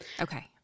Okay